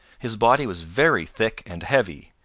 his body was very thick and heavy,